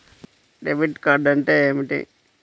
Debit card అంటే ఏమిటి?